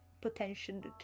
potential